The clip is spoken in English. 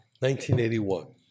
1981